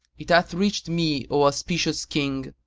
it hath reached me, o auspicious king,